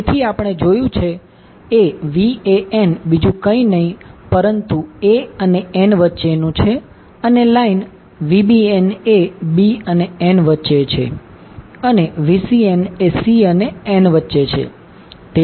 તેથી આપણે જોયું છે એVanબીજુ કંઈ પણ નહી પરંતુ a અને n વચ્ચેનુ છે અને લાઇન Vbn એ b અને n વચ્ચે છે અને Vcn એ c અનેn વચ્ચે છે